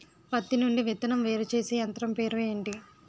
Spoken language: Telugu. పత్తి నుండి విత్తనం వేరుచేసే యంత్రం పేరు ఏంటి